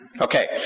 Okay